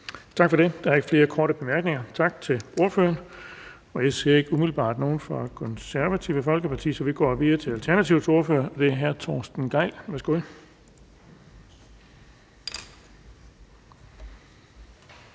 Bonnesen): Der er ikke flere korte bemærkninger. Tak til ordføreren. Jeg ser ikke umiddelbart nogen fra Det Konservative Folkeparti, så vi går videre til Alternativets ordfører, og det er hr. Torsten Gejl. Værsgo.